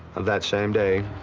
that same day,